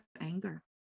anger